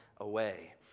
away